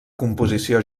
composició